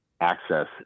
access